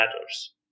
matters